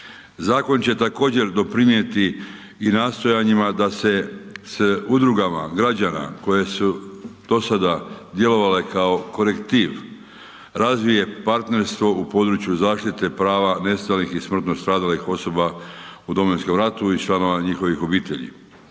Zakon će također doprinijeti i nastojanjima da se s udrugama građana koje su do sada djelovale kao korektiv, razvije partnerstvo u području zaštite prava nestalih i smrtno stradalih osoba u Domovinskom ratu i članova njihovih obitelji.